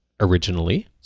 originally